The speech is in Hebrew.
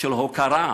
של הוקרה,